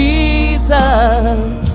Jesus